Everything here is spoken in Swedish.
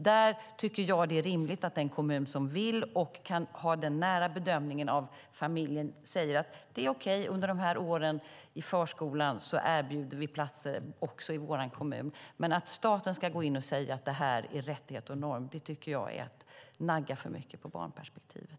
Jag tycker att det är rimligt att den kommun som vill och kan göra en nära bedömning av familjen kan säga att det är okej under åren i förskolan och erbjuda platser i sin kommun, men att staten ska gå in och säga att det är rättighet och norm är att nagga för mycket på barnperspektivet.